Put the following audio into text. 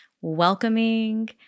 welcoming